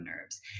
nerves